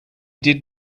did